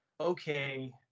okay